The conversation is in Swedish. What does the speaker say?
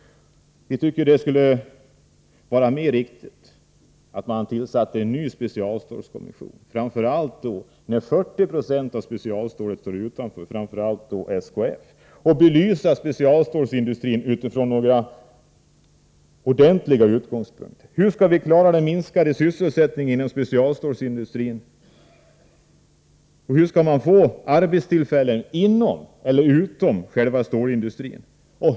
Vi tycker att det skulle vara riktigare att man tillsatte en ny specialstålskommission när 40 96 av specialstålsindustrin, framför allt SKF, står utanför. Man borde belysa specialstålsindustrin utifrån ordentliga utgångspunkter. Hur skall vi klara den minskade sysselsättningen inom specialstålsindustrin? Hur skall man få arbetstillfällen inom eller utom själva stålindustrin?